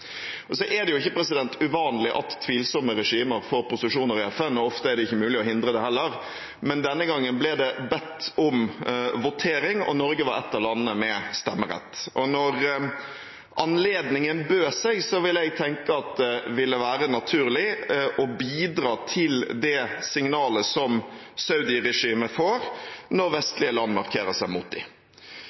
Så er det jo ikke uvanlig at tvilsomme regimer får posisjoner i FN. Ofte er det ikke mulig å hindre det heller, men denne gangen ble det bedt om votering, og Norge var ett av landene med stemmerett. Og når anledningen bød seg, ville jeg tenke at det ville være naturlig å bidra til det signalet som saudiregimet får, når vestlige land markerer seg mot